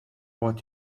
what